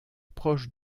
proche